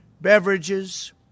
beverages